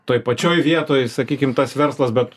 toj pačioj vietoj sakykim tas verslas bet